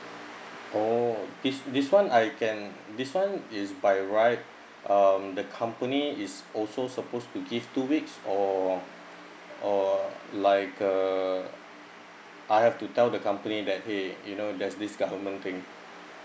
oh this this one I can this one is by right um the company is also supposed to give two weeks or or like uh I have to tell the company that !hey! you know there's this government thing